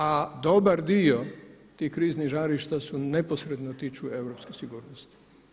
A dobar dio tih kriznih žarišta se neposredno tiču europske sigurnosti.